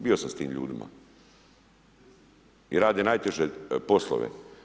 Bio sam s tim ljudima i rade najteže poslove.